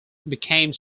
became